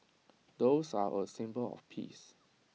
doves are A symbol of peace